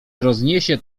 rozniesie